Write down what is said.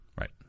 Right